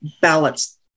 ballots